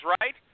right